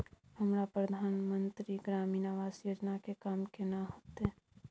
हमरा प्रधानमंत्री ग्रामीण आवास योजना के काम केना होतय?